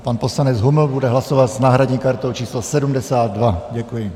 Pan poslanec Huml bude hlasovat s náhradní kartou číslo 72. Děkuji .